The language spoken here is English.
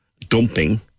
dumping